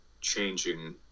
changing